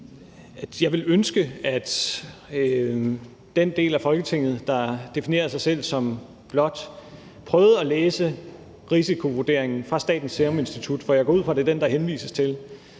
jeg ville ønske, at den del af Folketinget, der definerer sig selv som blå, prøvede at læse risikovurderingen fra Statens Serum Institut, for jeg går ud fra, at det er den, der bl.a. henvises til,